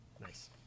Nice